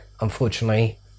unfortunately